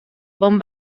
bon